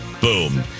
Boom